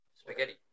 Spaghetti